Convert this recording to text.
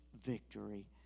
victory